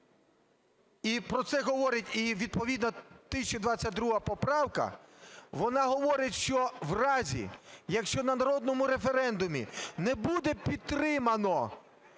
і про це говорить, відповідно, 1022 поправка, вона говорить, що в разі, якщо на народному референдумі не буде підтримано